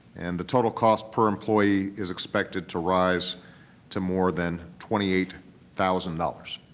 and the total cost per employee is expected to rise to more than twenty eight thousand dollars.